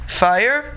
fire